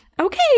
okay